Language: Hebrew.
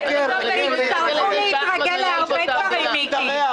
--- תצטרכו להתרגל להרבה דברים, מיקי.